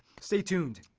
stay tuned.